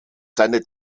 seine